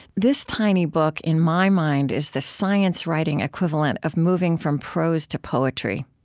this tiny book, in my mind, is the science writing equivalent of moving from prose to poetry.